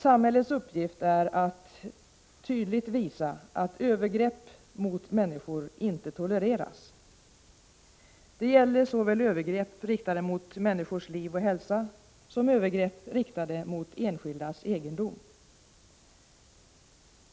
Samhällets uppgift är att tydligt visa att övergrepp mot människor inte tolereras. det gäller såväl övergrepp riktade mot människors liv och hälsa som övergrepp riktade mot enskildas egendom.